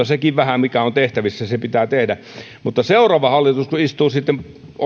sekin vähä mikä on tehtävissä pitää tehdä mutta seuraavalla hallituksella joka istuu sitten